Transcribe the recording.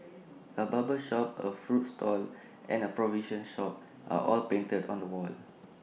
A barber shop A fruit stall and A provision shop are all painted on the wall